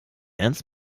ernst